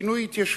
פינוי התיישבות,